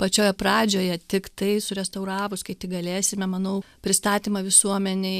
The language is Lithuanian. pačioje pradžioje tiktai surestauravus kai tik galėsime manau pristatymą visuomenei